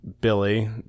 Billy